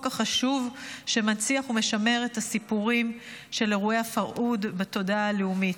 החשוב שמנציח ומשמר את הסיפורים של אירועי הפרהוד בתודעה הלאומית,